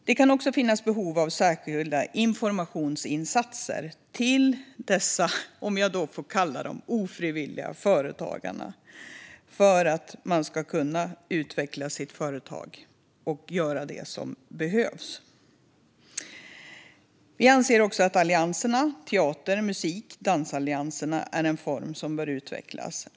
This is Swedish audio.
Det kan också finnas behov av särskilda informationsinsatser för de ofrivilliga, om jag får kalla dem så, företagarna så att de kan utveckla sitt företag och göra det som behövs. Vi anser att allianserna - Teateralliansen, Musikalliansen och Dansalliansen - är en form som bör utvecklas.